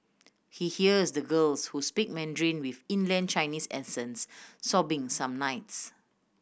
he hears the girls who speak Mandarin with inland Chinese accents sobbing some nights